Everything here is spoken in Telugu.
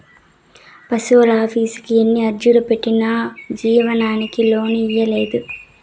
పశువులాఫీసుకి ఎన్ని అర్జీలు పెట్టినా జీవాలకి లోను ఇయ్యనేలేదు